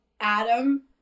Adam